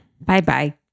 Bye-bye